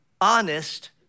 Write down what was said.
honest